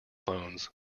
phones